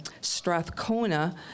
Strathcona